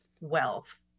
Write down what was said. wealth